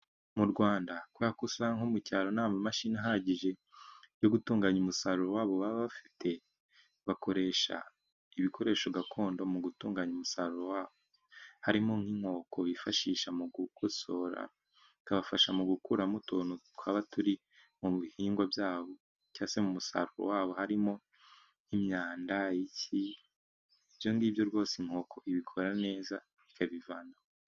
Mu Rwanda kubera ko usanga mu cyaro nt'amamashini ahagije yo gutunganya umusaruro wabo baba bafite, bakoresha ibikoresho gakondo mu gutunganya umusaruro wabo, harimo nk'inkoko bifashisha mu kugosora, bikabafasha mu gukuramo utuntu twaba turi mu bihingwa byabo, cyangwa se mu musaruro wabo harimo nk' imyanda ibyo ngibyo rwose, inkoko ibikora neza ikabivanaho.